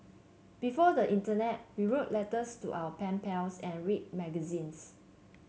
before the Internet we wrote letters to our pen pals and read magazines